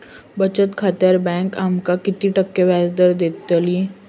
बचत खात्यार बँक आमका किती टक्के व्याजदर देतली?